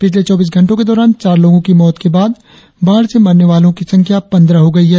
पिछले चौबीस घंटों के दौरान चार लोगों की मौत के बाद बाढ़ से मरने वालों की संख्या पंद्रह हो गई है